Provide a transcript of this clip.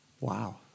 Wow